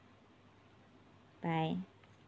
bye